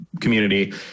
community